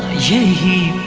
g